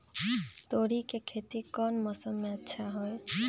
तोड़ी के खेती कौन मौसम में अच्छा होई?